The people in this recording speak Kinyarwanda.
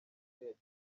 yagize